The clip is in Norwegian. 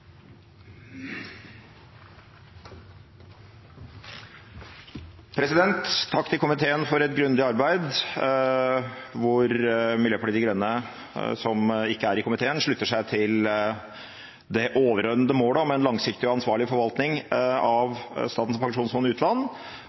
i komiteen, slutter seg til det overordnede målet om en langsiktig og ansvarlig forvaltning av Statens pensjonsfond utland,